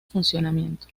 funcionamiento